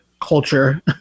culture